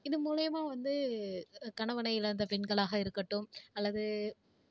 இது மூலயமா வந்து கணவனை இழந்த பெண்களாக இருக்கட்டும் அல்லது